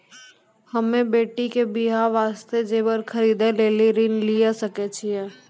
हम्मे बेटी के बियाह वास्ते जेबर खरीदे लेली ऋण लिये सकय छियै?